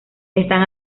están